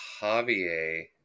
Javier